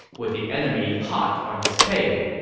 with the enemy hot on his tail.